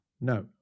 No